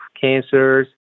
cancers